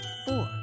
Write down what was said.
four